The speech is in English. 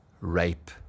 rape